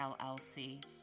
LLC